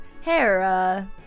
Hera